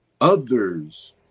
others